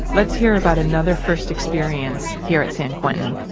let's hear about another first experience here at san quentin.